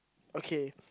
okay